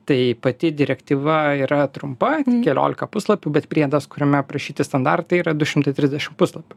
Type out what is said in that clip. tai pati direktyva yra trumpa keliolika puslapių bet priedas kuriame aprašyti standartai yra du šimtai trisdešim puslapių